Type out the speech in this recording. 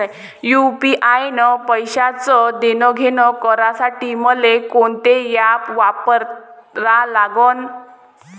UPI न पैशाचं देणंघेणं करासाठी मले कोनते ॲप वापरा लागन?